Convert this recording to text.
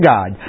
God